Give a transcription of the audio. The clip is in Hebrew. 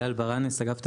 גל ברנס, אגף תקציבים.